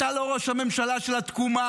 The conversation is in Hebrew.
אתה לא ראש הממשלה של התקומה,